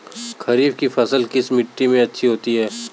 खरीफ की फसल किस मिट्टी में अच्छी होती है?